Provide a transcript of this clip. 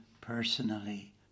personally